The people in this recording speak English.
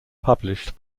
published